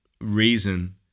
reason